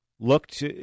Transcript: looked